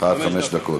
עד חמש דקות.